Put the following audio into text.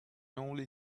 only